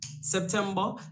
September